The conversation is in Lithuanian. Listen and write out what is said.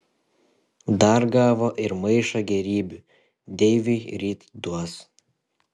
dar gavo ir maišą gėrybių deiviui ryt duos